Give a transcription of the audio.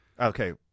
Okay